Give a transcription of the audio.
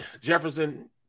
Jefferson